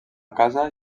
casa